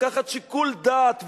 לקחת שיקול דעת,